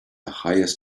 highest